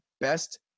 best